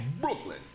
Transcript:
Brooklyn